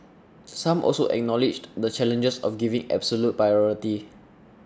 some also acknowledged the challenges of giving absolute priority